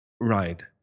Right